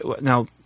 Now